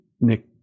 Nick